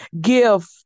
give